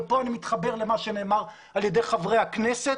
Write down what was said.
ופה אני מתחבר למה שנאמר על ידי חברי הכנסת,